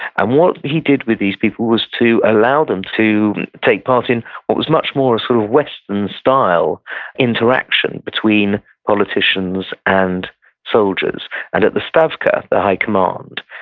and what he did with these people was to allow them to take part in what was much more a sort of western-style interaction between politicians and soldiers and at the stavka, the high command,